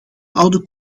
oude